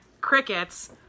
crickets